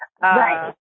Right